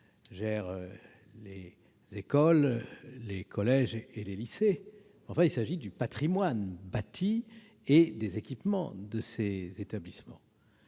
gèrent les écoles, les collèges et les lycées, mais il s'agit du patrimoine bâti et des équipements de ces établissements.